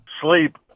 sleep